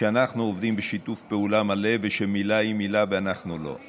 אנחנו עובדים בשיתוף פעולה מלא ומילה היא מילה ואנחנו לא,